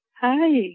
Hi